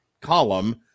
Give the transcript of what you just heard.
column